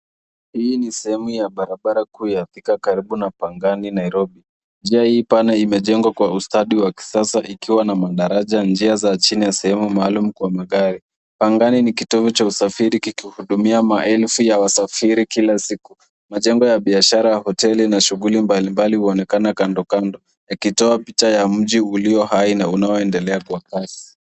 Hii ni sehemu ya barabara kuu ya Thika karibu na Pangani Nairobi. Njia hii pana imejengwa kwa ustadi mkubwa ikiwa na madaraja, njia za chini na sehemu maalum kwa magari. Pangani ni kitovu cha usafiri kikuhudumia maelfu ya wasafiri kila siku. Majengo ya biashara, hoteli, na shughuli mbalimbali huonekana kando kando, yakitoa picha ya mji ulio hai na unaoendelea kwa kasi.